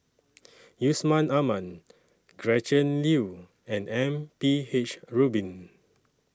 Yusman Aman Gretchen Liu and M P H Rubin